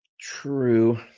true